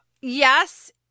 yes